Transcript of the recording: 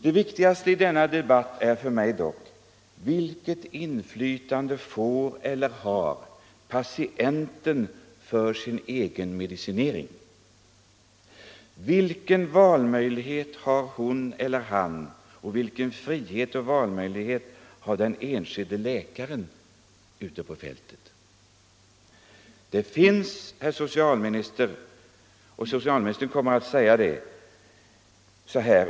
Det viktigaste i denna debatt är för mig dock: Vilket inflytande får eller har patienten över sin egen medicinering? Vilken valmöjlighet har hon eller han, och vilken frihet och valmöjlighet har den enskilde läkaren ute på fältet? Det finns fastslaget, kommer socialministern troligen att säga.